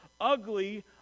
ugly